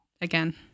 Again